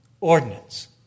ordinance